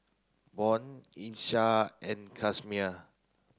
Bjorn Miesha and Casimer